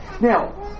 Now